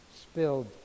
spilled